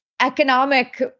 economic